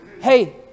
Hey